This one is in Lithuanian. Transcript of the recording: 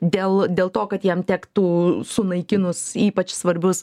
dėl dėl to kad jiem tektų sunaikinus ypač svarbius